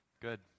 Good